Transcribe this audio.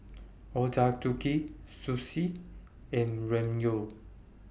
Ochazuke Sushi and Ramyeon